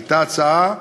הייתה הצעה,